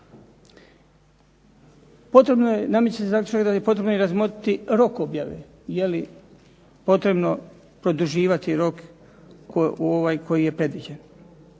objave. Nameće se zaključak da je potrebno i razmotriti rok objave, je li potrebno produživati rok u ovaj koji je predviđen.